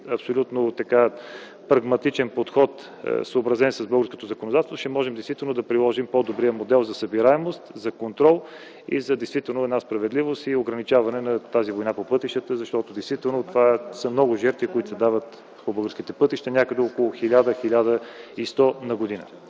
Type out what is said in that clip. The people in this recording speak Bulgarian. абсолютно прагматичен подход, съобразен с българското законодателство, ще можем действително да приложим по-добрия модел за събираемост, за контрол и за една справедливост и ограничаване на тази война по пътищата, защото жертвите, които се дават по българските пътища, са много – някъде около 1000 1100 на година.